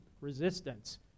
resistance